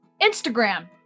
Instagram